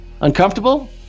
uncomfortable